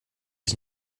ich